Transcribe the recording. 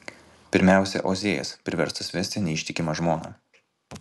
pirmiausia ozėjas priverstas vesti neištikimą žmoną